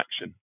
action